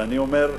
ואני אומר: